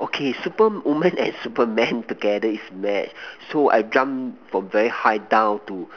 okay superwoman and Superman together is match so I jump from very high down to